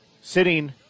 sitting